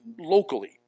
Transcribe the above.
locally